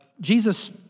Jesus